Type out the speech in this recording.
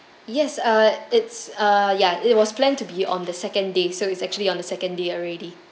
yes uh it's uh ya it was planned to be on the second day so it's actually on the second day already